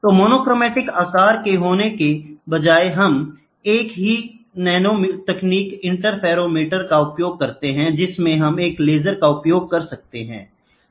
तो मोनोक्रोमैटिक आकार होने के बजाय हम एक ही तकनीक इंटरफेरोमेट्री का उपयोग करते हैं जिसमें हम एक लेजर का उपयोग कर सकते हैं